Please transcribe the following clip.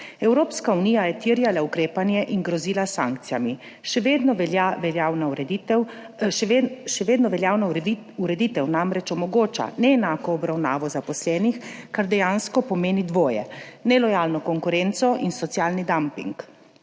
Evropska unija je terjala ukrepanje in grozila s sankcijami. Še vedno veljavna ureditev namreč omogoča neenako obravnavo zaposlenih, kar dejansko pomeni dvoje: nelojalno konkurenco in socialni damping.